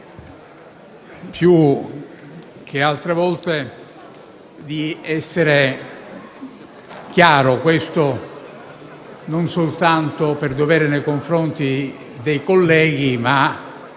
più di altre volte, di essere chiaro, non soltanto per dovere nei confronti dei colleghi, ma